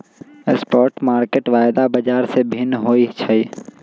spot market वायदा बाजार से भिन्न होइ छइ